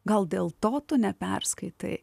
gal dėl to tu neperskaitai